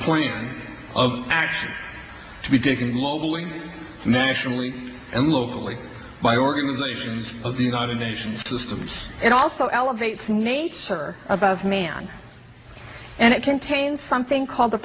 plan of action to be taken locally nationally and locally by organizations of the united nations to systems and also elevates nates or about man and it contains something called the